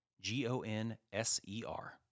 G-O-N-S-E-R